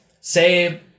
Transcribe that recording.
say